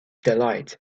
delight